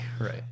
Right